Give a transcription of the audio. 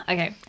Okay